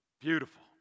Beautiful